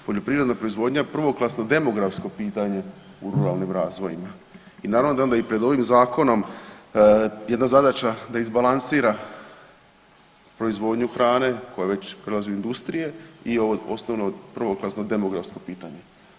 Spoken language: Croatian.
Poljoprivredna proizvodnja je prvoklasno demografsko pitanje u ruralnim razvojima i naravno da je onda i pred ovim zakonom jedna zadaća da izbalansira proizvodnju hrane koja već prelazi u industrije i ovo osnovno prvoklasno demografsko pitanje.